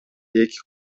эки